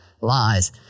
lies